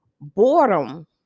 boredom